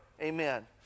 Amen